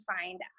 find